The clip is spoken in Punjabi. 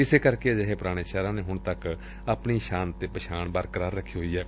ਇਸੇ ਕਾਰਨ ਅਜਿਹੇ ਪੁਰਾਣੇ ਸ਼ਹਿਰਾਂ ਨੇ ਹੂਣ ਤੱਕ ਵੀ ਆਪਣੀ ਸ਼ਾਨ ਅਤੇ ਪਹਿਚਾਣ ਬਰਕਰਾਰ ਰੱਖੀ ਹੋਈ ਏ